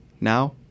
Now